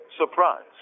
surprise